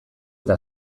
eta